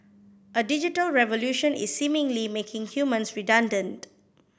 a digital revolution is seemingly making humans redundant